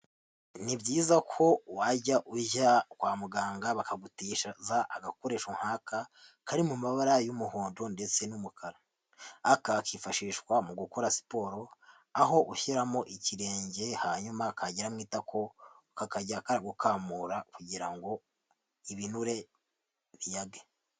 Ni byiza ko wajya ujya kwa muganga bakagutiza agakoresho nk'aka kari mu mabara y'umuhondo ndetse n'umukara, aka kifashishwa mu gukora siporo aho ushyiramo icyirenge hanyuma kagera mu itako kakajya karagukamura kugira ngo ibinure biyage.